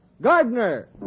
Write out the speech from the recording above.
Gardner